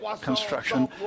construction